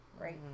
Right